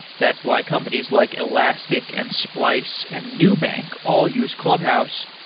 that's why companies like elastic and splice and nubank all use clubhouse.